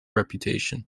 reputation